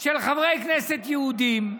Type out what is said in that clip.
של חברי כנסת יהודים,